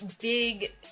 big